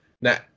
Now